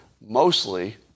mostly